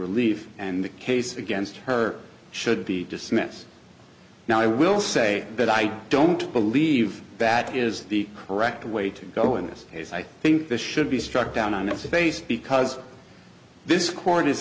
relief and the case against her should be dismissed now i will say that i don't believe that is the correct way to go in this case i think this should be struck down on its face because this court is